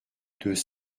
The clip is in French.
deux